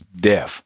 death